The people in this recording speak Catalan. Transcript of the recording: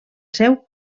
seu